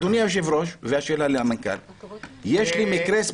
אדוני היושב-ראש: יש לי מקרה אישי,